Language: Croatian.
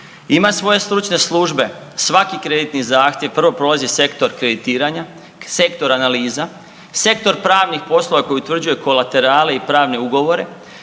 ima svoje stručne službe. Svaki kreditni zahtjev prvo prolazi sektor kreditiranja, sektor analiza, sektor pravnih poslova koji utvrđuje kolaterale i pravne ugovore,